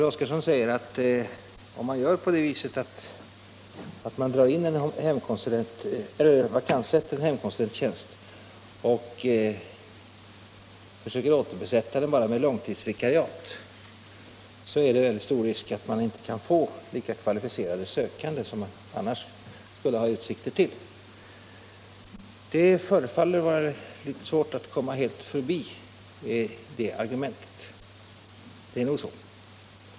Fru Oskarsson påpekar att om man vakanssätter en hemkonsulenttjänst och försöker återbesätta den bara med långtidsvikariat, är det väldigt stor risk att man inte får lika kvalificerade sökande som man annars skulle ha utsikter till. Det förefaller vara litet svårt att helt gå förbi det argumentet. Den risken finns nog.